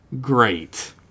Great